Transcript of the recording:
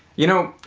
you know,